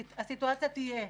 הסיטואציה תהיה,